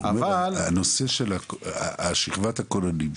הנושא של שכבת הכוננים,